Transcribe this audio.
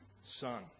son